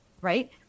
right